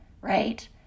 right